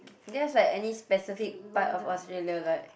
do you have like any specific part of Australia like